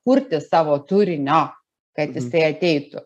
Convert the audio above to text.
kurti savo turinio kad jisai ateitų